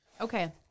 Okay